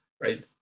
right